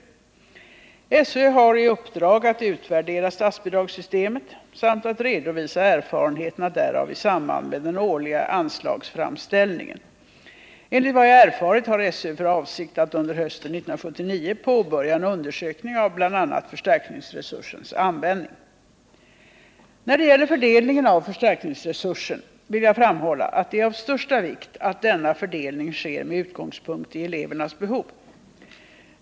Skolöverstyrelsen har i uppdrag att utvärdera statsbidragssystemet samt att redovisa erfarenheterna därav i samband med den årliga anslagsframställningen. Enligt vad jag erfarit har SÖ för avsikt att under hösten 1979 påbörja en undersökning av bl.a. förstärkningsresursens användning. När det gäller fördelningen av förstärkningsresursen vill jag framhålla att det är av största vikt att denna fördelning sker med utgångspunkt i elevernas behov.